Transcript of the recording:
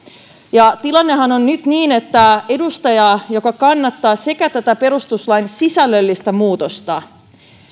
tilannehan on nyt niin että edustaja joka kannattaa sekä tätä perustuslain sisällöllistä muutosta